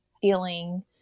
feeling